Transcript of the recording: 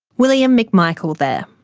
william mcmichael there.